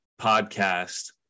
podcast